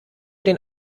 den